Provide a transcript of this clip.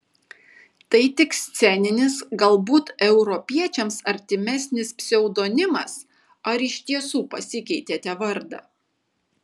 tai tik sceninis galbūt europiečiams artimesnis pseudonimas ar iš tiesų pasikeitėte vardą